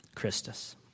Christus